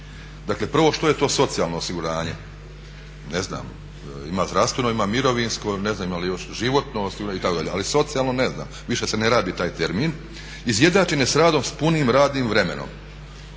dakle prvo što je to socijalno osiguranje, ne znam, ima zdravstveno, ima mirovinsko, ne znam ima li još, životno osiguranje ali socijalno ne znam, više se ne radi taj termin, "…izjednačen je s radom s punim radnim vremenom